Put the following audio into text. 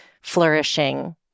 flourishing